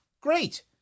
Great